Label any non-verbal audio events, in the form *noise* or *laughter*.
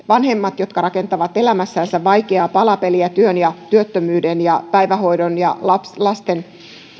*unintelligible* vanhemmat jotka rakentavat elämässänsä vaikeaa palapeliä työn ja työttömyyden ja päivähoidon ja lasten